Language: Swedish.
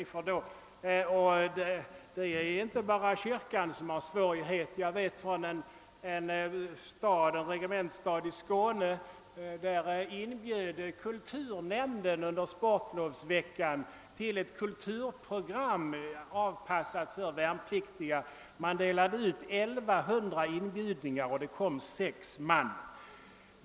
Det är inte heller bara kyrkan som har svårigheter i detta sammanhang. Jag kan nämna att kulturnämnden i en regementsstad i Skåne under sportlovsveckan inbjöd till ett kulturprogram avpassat för värnpliktiga. Man delade ut 1100 inbjudningar och det kom sex man.